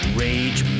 rage